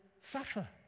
suffer